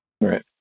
right